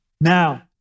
Now